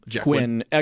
Quinn